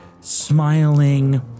smiling